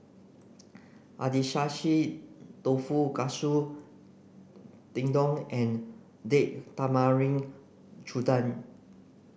Agedashi Dofu Katsu Tendon and Date Tamarind Chutney